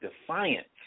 defiance